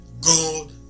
God